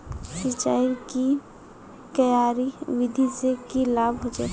सिंचाईर की क्यारी विधि से की लाभ होचे?